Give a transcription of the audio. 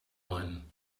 one